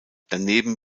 daneben